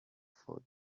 for